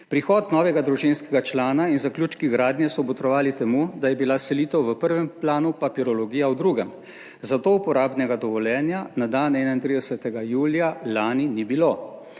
Prihod novega družinskega člana in zaključki gradnje so botrovali temu, da je bila selitev v prvem planu, papirologija v drugem, za to uporabnega dovoljenja na dan 31. julija lani ni bilo.